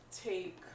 take